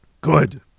good